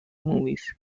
movies